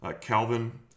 Calvin